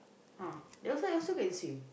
ah the other side also can seem